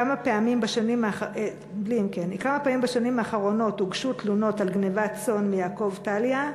כמה פעמים בשנים האחרונות הוגשו תלונות על גנבת צאן מיעקב טליה?